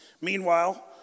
Meanwhile